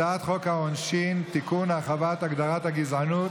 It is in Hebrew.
הצעת חוק העונשין (תיקון, הרחבת הגדרת הגזענות),